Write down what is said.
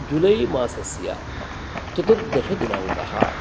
जुलै मासस्य चतुर्दशदिनाङ्कः